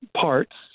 parts